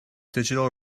digital